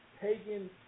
pagan